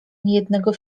niejednego